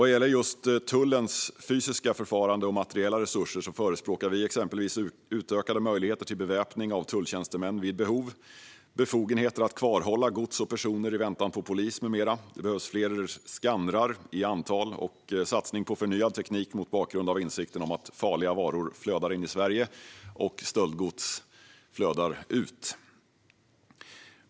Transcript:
Vad gäller tullens fysiska förfarande och materiella resurser förespråkar vi exempelvis utökade möjligheter till beväpning av tulltjänstemän vid behov, befogenheter att kvarhålla gods och personer i väntan på polis med mera. Det behövs fler skannrar i antal och satsning på förnyad teknik mot bakgrund av insikten om att farliga varor flödar in i Sverige och att stöldgods flödar ut.